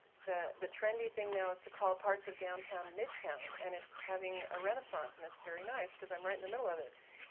the the trendy thing now is to call parts of downtown midtown and it's having a renaissance and it's very nice because i'm right in the middle of it.